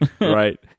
right